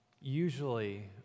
Usually